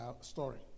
story